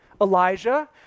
Elijah